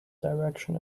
direction